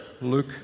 Luke